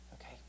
Okay